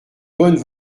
bonnes